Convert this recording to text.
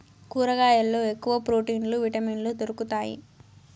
కూరగాయల్లో ఎక్కువ ప్రోటీన్లు విటమిన్లు దొరుకుతాయి